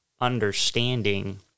understanding